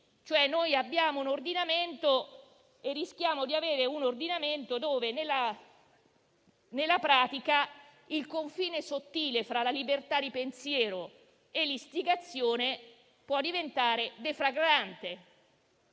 molto meglio di me. Rischiamo di avere un ordinamento in cui nella pratica il confine sottile tra la libertà di pensiero e l'istigazione può diventare deflagrante.